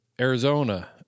Arizona